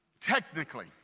Technically